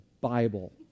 Bible